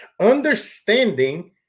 understanding